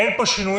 אין פה שינויים,